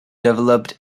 developed